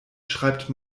schreibt